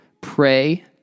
pray